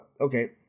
okay